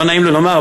לא נעים לי לומר,